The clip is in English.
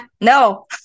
No